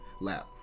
lap